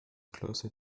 closer